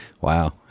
Wow